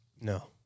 No